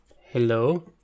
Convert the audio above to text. hello